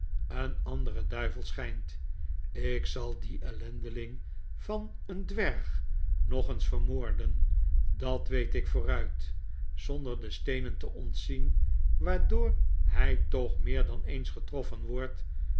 een andere duivel schynt ik zal dien ellendeling van een dwerg nog eens vermoorden dat weet ik vooruit zonder de steenen te ontzien waardoor hy toch meer dan eens getroffen wordt